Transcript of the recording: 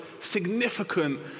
significant